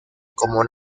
como